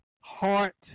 heart